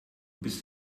bist